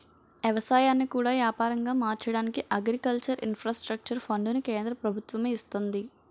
ఎవసాయాన్ని కూడా యాపారంగా మార్చడానికి అగ్రికల్చర్ ఇన్ఫ్రాస్ట్రక్చర్ ఫండును కేంద్ర ప్రభుత్వము ఇస్తంది